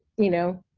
you know,